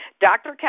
Dr